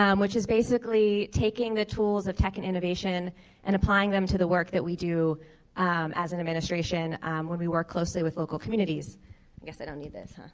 um which is basically taking the tools of tech and innovation and applying them to the work that we do as an administration when we work closely with local communities. i guess i don't need this, huh?